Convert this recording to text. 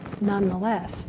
Nonetheless